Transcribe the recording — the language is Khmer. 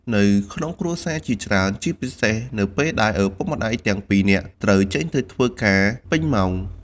នៅក្នុងគ្រួសារជាច្រើន ជាពិសេសនៅពេលដែលឪពុកម្តាយទាំងពីរនាក់ត្រូវចេញទៅធ្វើការពេញម៉ោង។